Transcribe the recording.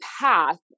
path